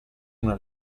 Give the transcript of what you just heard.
una